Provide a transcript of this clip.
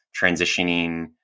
transitioning